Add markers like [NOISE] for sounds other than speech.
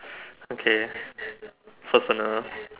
[BREATH] okay [BREATH] personal